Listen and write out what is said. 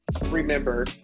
remember